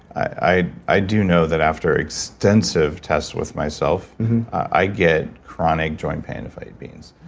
i i do know that after extensive tests with myself i get chronic joint pain if i eat beans.